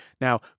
Now